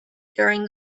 during